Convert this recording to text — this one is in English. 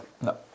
no